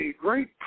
great